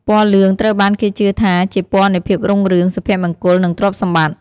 ពណ៌លឿង ត្រូវបានគេជឿថាជាពណ៌នៃភាពរុងរឿង សុភមង្គល និងទ្រព្យសម្បត្តិ។